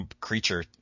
creature